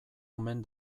omen